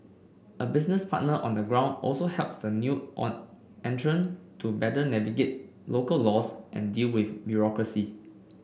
a business partner on the ground also helps the new entrant to better navigate local laws and deal with bureaucracy